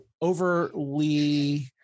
overly